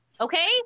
Okay